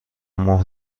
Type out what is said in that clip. مهر